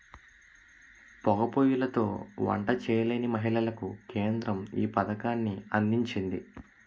పోగా పోయ్యిలతో వంట చేయలేని మహిళలకు కేంద్రం ఈ పథకాన్ని అందించింది